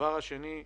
דבר שני,